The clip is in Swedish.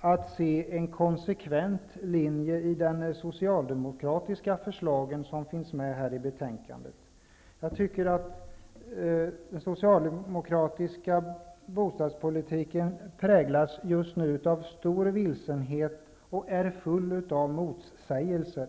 att se en konsekvent linje i de socialdemokratiska förslagen i betänkandet. Den socialdemokratiska bostadspolitiken präglas just nu av stor vilsenhet och är full av motsägelser.